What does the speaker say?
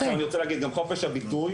אני רוצה להגיד גם חופש הביטוי,